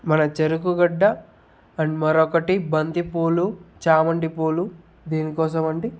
మన చెరుకు గడ్డ అండ్ మరొకటి బంతిపూలు చామంతి పూలు దీని కోసమండి